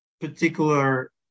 particular